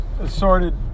assorted